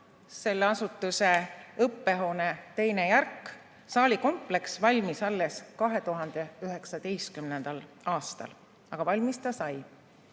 selle asutuse õppehoone teine järk, saalikompleks, valmis alles 2019. aastal. Aga valmis ta